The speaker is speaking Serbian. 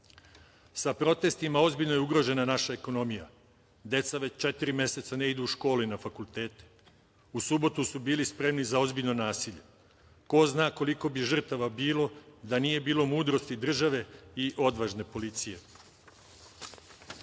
– protestima ozbiljno je ugrožena naša ekonomija. Deca već četiri meseca ne idu u škole i na fakultete. U subotu su bili spremni za ozbiljno nasilje. Ko zna koliko bi žrtava bilo da nije bilo mudrosti države i odvažne policije.